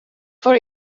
for